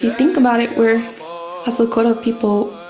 think about it, we're as lakota people,